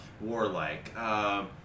warlike